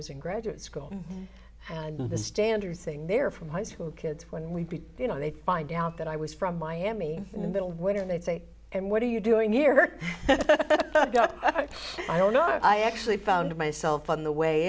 was in graduate school and the standard saying they're from high school kids when we you know they find out that i was from miami in the middle of winter they say and what are you doing here i don't know i actually found myself on the way